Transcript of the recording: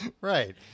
Right